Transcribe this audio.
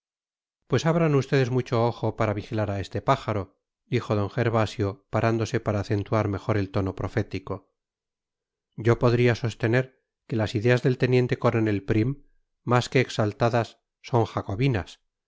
pues abran ustedes mucho ojo para vigilar a este pájaro dijo d gervasio parándose para acentuar mejor el tono profético yo podría sostener que las ideas del teniente coronel prim más que exaltadas son jacobinas